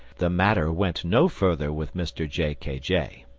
the matter went no further with mr j. k. j.